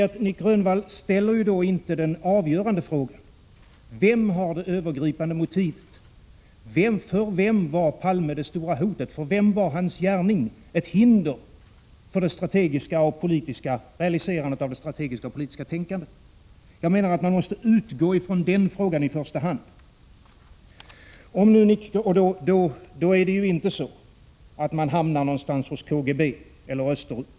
Men Nic Grönvall ställer inte den avgörande frågan: Vem hade det övergripande motivet? För vem var Palme det stora hotet? För vem var hans gärning ett hinder för realiserandet av det strategiska och politiska tänkandet? Jag menar att man måste utgå från de frågorna i första hand. Då hamnar man ju inte någonstans hos KGB eller österut.